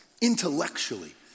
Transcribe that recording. intellectually